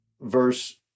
verse